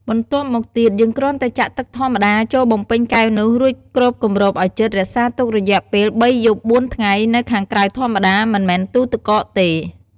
បន្ទាប់មកទៀត យើងគ្រាន់តែចាក់ទឹកធម្មតា ចូលបំពេញកែវនោះ រួចគ្របគំរបឱ្យជិត រក្សាទុករយៈពេល៣យប់ ៤ថ្ងៃ នៅខាងក្រៅធម្មតា មិនមែនទូទឹកកកទេ។